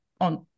on